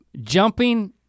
Jumping